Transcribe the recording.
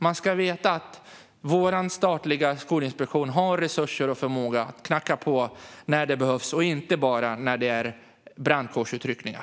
De ska veta att vår statliga skolinspektion har resurser och förmåga att knacka på när det behövs och inte bara när det är brandkårsutryckningar.